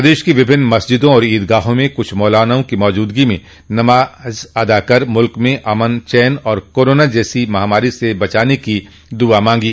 प्रदेश की विभिन्न मस्जिदों और ईदगाहों में कुछ मौलानाओं की मौजूदगी में नमाज अदा कर मुल्क में अमन चैन और कोरोना जैसी महामारी से बचाने की दुआ मांगी